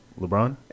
LeBron